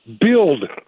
build